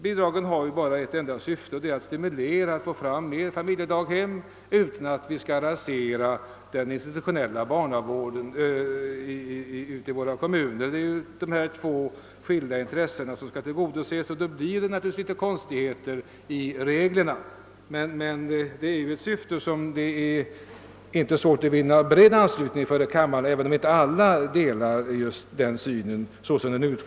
Bidragen har bara till syfte: att stimulera till att få fram fler familjedaghem utan att vi fördenskull raserar den institutionella barnavården i kommunerna. Det är dessa två intressen som skall tillgodoses. Det är inte svårt att vinna bred anslutning för syftet med reglerna, även om inte alla gillar utformningen av dem.